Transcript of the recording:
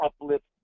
uplift